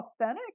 authentic